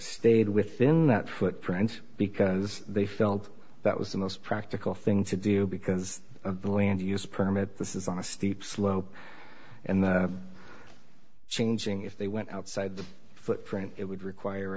stayed within that footprint because they felt that was the most practical thing to do because the land use permit this is on a steep slope and changing if they went outside the footprint it would require